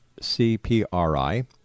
CPRI